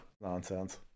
nonsense